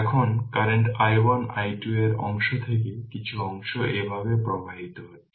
এখন current i1 i2 এর অংশ থেকে কিছু অংশ এভাবে প্রবাহিত হচ্ছে